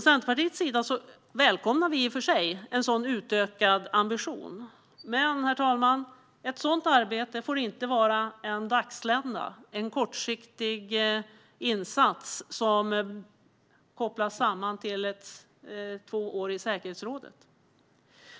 Centerpartiet välkomnar i och för sig en sådan utökad ambition. Men, herr talman, ett sådant arbete får inte vara en dagslända, en kortsiktig insats som kopplas till två år i säkerhetsrådet.